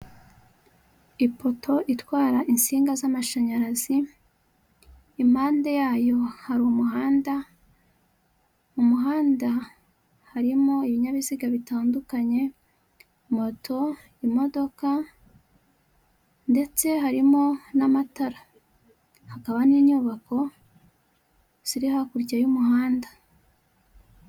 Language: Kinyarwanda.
Ipoto itwara insinga z'amashanyarazi, impande yayo hari umuhanda, umuhanda harimo ibinyabiziga bitandukanye, moto, imodoka ndetse harimo n'amatara, hakaba n'inyubako ziri hakurya y'umuhanda.